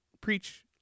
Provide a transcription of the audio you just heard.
preach